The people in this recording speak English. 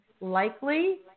likely